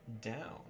down